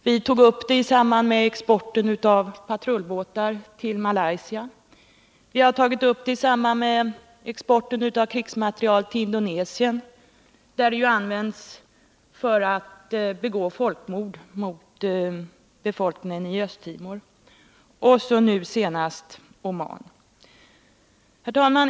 Vi tog upp den frågan i samband med exporten av patrullbåtar till Malaysia och vi tog också upp den i samband med exporten av krigsmateriel till Indonesien, där dessa båtar används för att begå folkmord bland befolkningen i Östtimor. Nu gäller det alltså Oman.